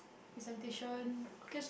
presentation